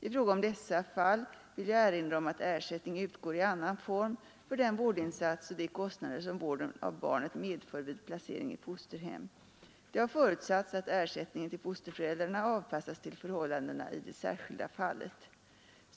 I fråga om dessa fall vill jag erinra om att ersättning utgår i annan form för den vårdinsats och de kostnader som vården av barnet medför vid placering i fosterhem. Det har förutsatts att ersättningen till fosterföräldrarna avpassas till förhållandena i det särskilda fallet.